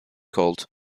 called